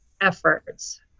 efforts